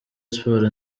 sports